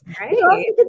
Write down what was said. right